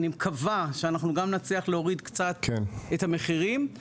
אני מקווה שאנחנו גם נצליח להוריד קצת את המחירים.